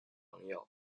朋友